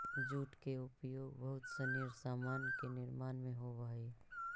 jute के उपयोग बहुत सनी सामान के निर्माण में होवऽ हई